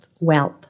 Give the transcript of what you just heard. wealth